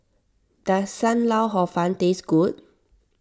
does Sam Lau Hor Fun taste good